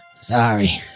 Sorry